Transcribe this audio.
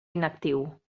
inactiu